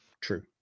True